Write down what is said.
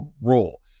role